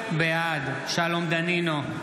בעד שלום דנינו,